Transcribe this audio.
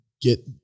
get